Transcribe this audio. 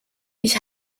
ich